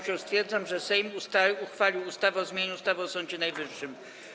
Stwierdzam, że Sejm uchwalił ustawę o zmianie ustawy o Sądzie Najwyższym.